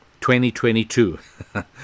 2022